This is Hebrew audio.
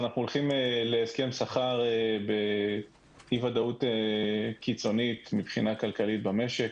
אנחנו הולכים להסכם שכר באי ודאות קיצונית מבחינה כלכלית במשק.